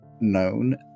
known